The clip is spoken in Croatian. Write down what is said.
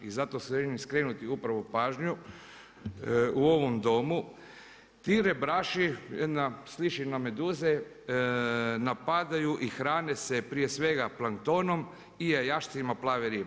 I zašto želim skrenuti upravo pažnju u ovom Domu, ti rebraši, jedna, sliči na meduze, napadaju i hrane se prije svega planktonom i jajašcima plave ribe.